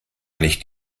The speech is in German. nicht